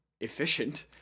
efficient